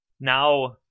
now